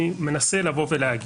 אני מנסה לבוא ולהגיד: